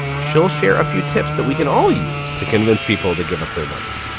she'll share a few tips that we can all use to convince people to give us their money.